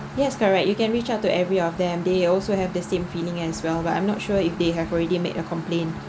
yes correct you can reach out to every of them they also have the same feeling as well but I'm not sure if they have already made a complaint